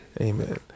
Amen